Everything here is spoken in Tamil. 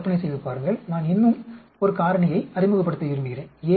கற்பனை செய்து பாருங்கள் நான் இன்னும் ஒரு காரணியை அறிமுகப்படுத்த விரும்புகிறேன்